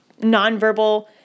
nonverbal